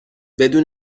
بدون